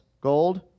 Gold